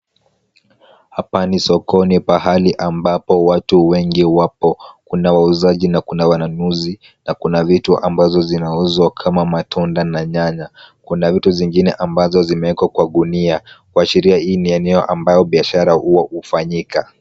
Hapa ni sokoni pahali ambapo watu wengi wako. Kuna wauzaji na kuna wanunuzi na kuna vitu ambazo zinauzwa kama matunda na nyanya. Kuna vitu zingine ambazo zimewekwa kwa gunia kuashiria hii ni eneo ambayo biashara huwa hufanyika.